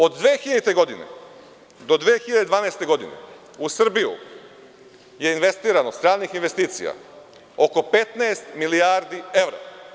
Od 2000. godine do 2012. godine u Srbiju je investirano stranih investicija oko 15 milijardi evra.